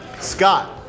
scott